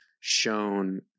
shown